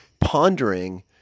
pondering